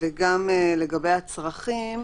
וגם לגבי הצרכים,